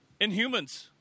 Inhumans